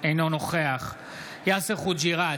אינו נוכח יאסר חוג'יראת,